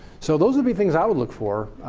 so those would be things i would look for.